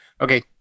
Okay